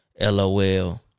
LOL